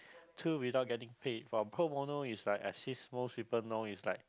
to without getting paid but pro bono is like as is most people know is like